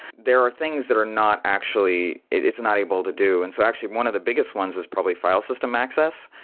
there are things that are not actually it is not able to do. and so actually one of the biggest ones is probably file system access.